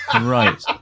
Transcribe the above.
Right